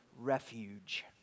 refuge